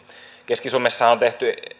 keski suomessahan on tehty